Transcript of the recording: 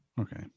Okay